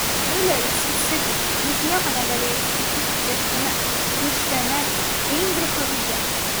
miuleris susigūžė jis nieko negalėjo įskaityti griežtame rūsčiame heidricho veide